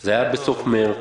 וזה היה בסוף מרץ.